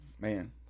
Man